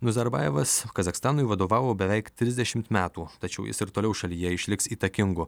nazarbajevas kazachstanui vadovavo beveik trisdešimt metų tačiau jis ir toliau šalyje išliks įtakingu